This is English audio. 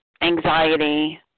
anxiety